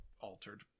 altered